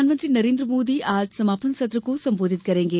प्रधानमंत्री नरेन्द्र मोदी आज समापन सत्र को संबोधित करेंगे